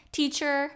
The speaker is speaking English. teacher